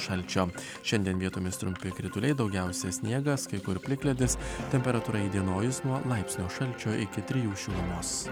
šalčio šiandien vietomis trumpi krituliai daugiausia sniegas kai kur plikledis temperatūra įdienojus nuo laipsnio šalčio iki trijų šilumos